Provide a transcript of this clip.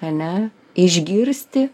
ane išgirsti